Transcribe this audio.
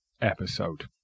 episode